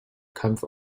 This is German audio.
kampf